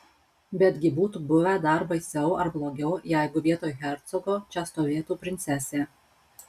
betgi būtų buvę dar baisiau ar blogiau jeigu vietoj hercogo čia stovėtų princesė